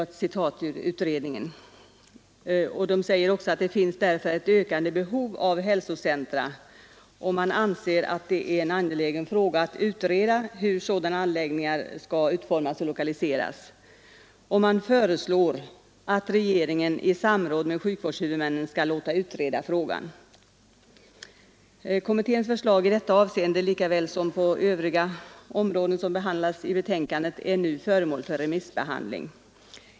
Kommittén säger också att behovet av hälsocentra kommer att öka och fortsätter: ”Det torde därför vara en angelägen fråga att utreda hur sådana anläggningar bör kunna utformas och lokaliseras. Enligt kommitténs uppfattning bör regeringen i samråd med huvudmännen för sjukvården låta utreda frågan vidare.” Kommitténs förslag i detta avseende lika väl som på övriga områden som behandlas i betänkandet är nu föremål för remissbehandling.